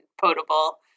potable